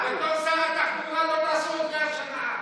מה שכץ עשה בתור שר התחבורה לא תעשו עוד מאה שנה.